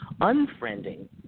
Unfriending